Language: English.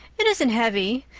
it isn't heavy.